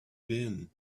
been